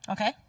Okay